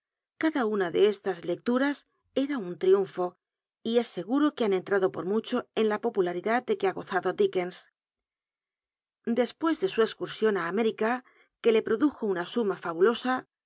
cada una de estas lecturas era un triunfo y es seguro que han entrado por mucho en la po mlaridad do que ha gozado dickens des pues ele su escursion á américa que le proclujo una suma fabulosa